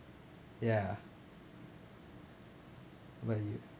ya how about you